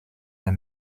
were